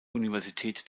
universität